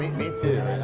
me to